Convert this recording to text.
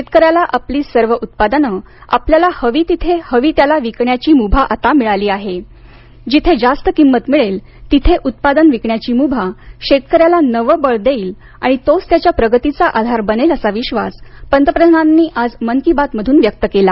शेतकऱ्याला आपली सर्व उत्पादनं आपल्याला हवी तिथे हवी त्याला विकण्याची मुभा आता मिळाली आहे जिथे जास्त किंमत मिळेल तिथे उत्पादन विकण्याची मुभा शेतकऱ्याला नवं बळ देईल आणि तोच त्याच्या प्रगतीचा आधार बनेल असा विश्वास पंतप्रधानांनी व्यक्त आज मन की बात मधून व्यक्त केला